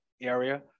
area